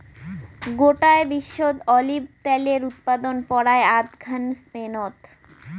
গোটায় বিশ্বত অলিভ ত্যালের উৎপাদন পরায় আধঘান স্পেনত